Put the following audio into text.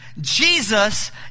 Jesus